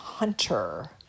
Hunter